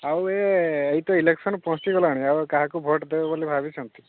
ଆଉ ୟେ ଏଇ ତ ଇଲେକ୍ସନ୍ ପହଞ୍ଚିଗଲାଣି ଆଉ କାହାକୁ ଭୋଟ ଦେବ ବୋଲି ଭାବିଛନ୍ତି